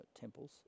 temples